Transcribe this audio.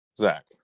Zach